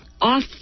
off